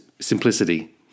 simplicity